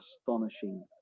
astonishing